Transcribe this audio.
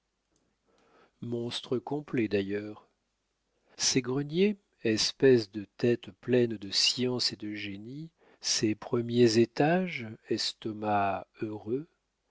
monstre complet d'ailleurs ses greniers espèce de tête pleine de science et de génie ses premiers étages estomacs heureux